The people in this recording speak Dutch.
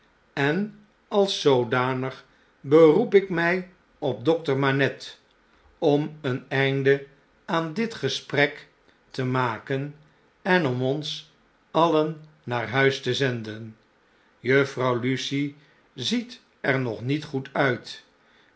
en als zoodanig beroep ik mjj op dokter manette om een einde aan dit gesprek te maken en om ons alien naar huistezenden juffrouw lucie zieter nog niet goed uit